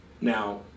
now